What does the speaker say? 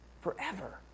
forever